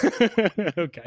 Okay